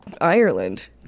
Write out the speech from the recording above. ireland